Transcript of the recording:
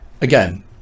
again